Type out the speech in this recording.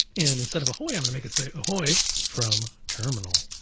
and instead of ahoy, i'm gonna make it say, ahoy from terminal,